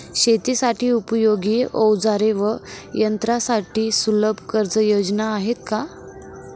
शेतीसाठी उपयोगी औजारे व यंत्रासाठी सुलभ कर्जयोजना आहेत का?